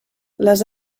les